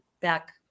back